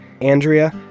Andrea